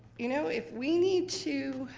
you know, if we need to